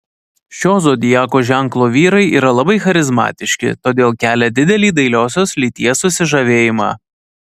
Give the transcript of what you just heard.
šio zodiako ženklo vyrai yra labai charizmatiški todėl kelia didelį dailiosios lyties susižavėjimą